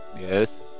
Yes